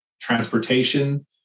transportation